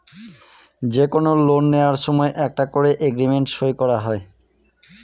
যে কোনো লোন নেওয়ার সময় একটা করে এগ্রিমেন্ট সই করা হয়